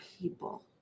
people